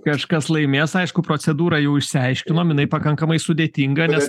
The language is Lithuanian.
kažkas laimės aišku procedūrą jau išsiaiškinom inai pakankamai sudėtinga nes